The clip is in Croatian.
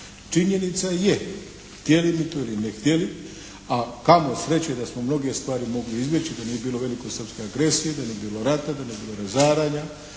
Činjenica je htjeli mi to ne htjeli, a kamo sreće da smo mnoge stvari mogli izbjeći da nije bilo velikosrpske agresije, da nije bilo rata, da nije bilo razaranja,